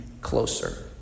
closer